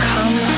Come